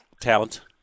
Talent